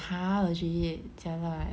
!huh! legit jialat